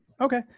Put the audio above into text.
Okay